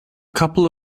couple